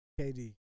KD